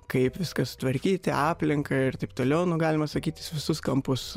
kaip viską sutvarkyti aplinką ir taip toliau nu galima sakyti jis visus kampus